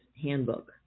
handbook